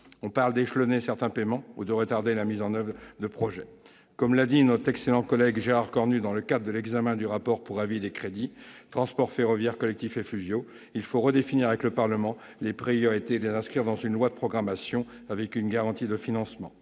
On parle d'échelonner certains paiements ou de retarder la mise en oeuvre de projets. Comme l'a dit notre excellent collègue Gérard Cornu dans le cadre de l'examen du rapport pour avis sur les crédits consacrés aux transports ferroviaires, collectifs et fluviaux, il faut redéfinir les priorités avec le Parlement et les inscrire dans une loi de programmation, avec une garantie de financement.